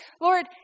Lord